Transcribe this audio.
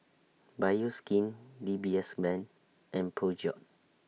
Bioskin D B S Bank and Peugeot